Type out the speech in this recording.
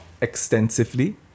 extensively